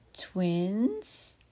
twins